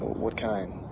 what kind?